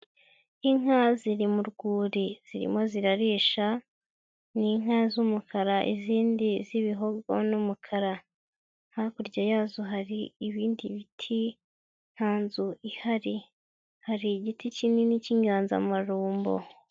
Inka ziri mu rwuri zirimo zirarisha ni inka z'umukara izindi z'ibihogo n'umukara, hakurya yazo hari ibindi biti ntanzu ihari hari igiti kinini cy'inyanzamarumbo.